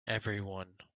everyone